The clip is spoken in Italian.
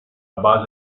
base